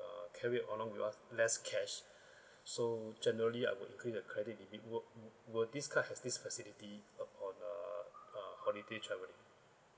uh carry along with us less cash so generally I will increase the credit limit were were this card have this facility upon uh uh holiday travelling